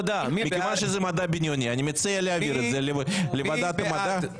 מכיוון שזה מדע בדיוני אני מציע להעביר את זה לוועדת המדע.